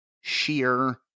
Sheer